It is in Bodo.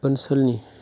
ओनसोलनि